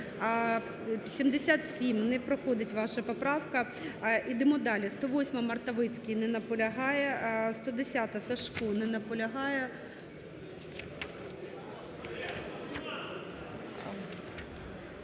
За-77 Не проходить ваша поправка. Ідемо далі. 108-а, Мартовицький. Не наполягає. 110-а, Сажко. Не наполягає.